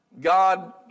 God